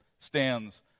stands